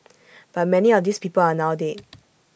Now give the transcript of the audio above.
but many of these people are now dead